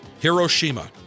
Hiroshima